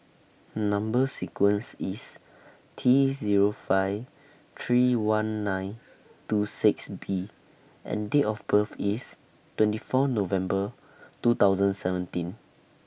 Number sequence IS T Zero five three one nine two six B and Date of birth IS twenty four November two thousand seventeen